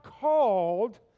called